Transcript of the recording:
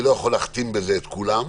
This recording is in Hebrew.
אני לא יכול להכתים בזה את כולם,